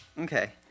Okay